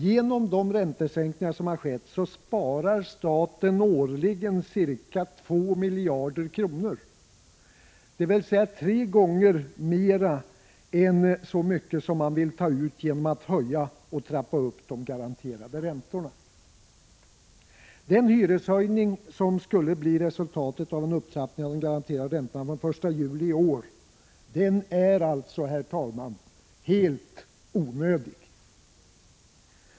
Genom de räntesänkningar som har skett sparar staten årligen ca 2 miljarder kronor, dvs. tre gånger mera än vad man vill ta ut genom att höja och trappa upp de garanterade räntorna. Den hyreshöjning som skulle bli resultatet av en upptrappning av de garanterade räntorna från den 1 juli i år är alltså, herr talman, helt onödig.